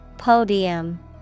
Podium